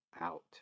out